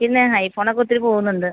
പിന്നെ ഐഫോണ് ഒക്കെ ഒത്തിരി പോവുന്നുണ്ട്